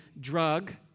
drug